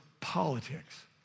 politics